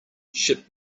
ship